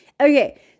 okay